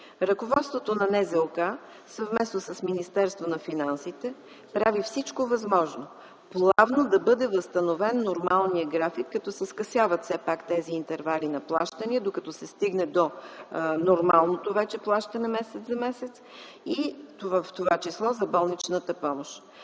Ръководството на НЗОК съвместно с Министерството на финансите прави всичко възможно плавно да бъде възстановен нормалния график като се скъсяват все пак тези интервали на плащането, докато се стигне до нормалното вече плащане – месец за месец, в това число за болничната помощ.